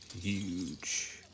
huge